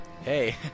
Hey